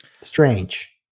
Strange